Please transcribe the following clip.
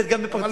לתת גם בפרטי.